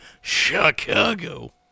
Chicago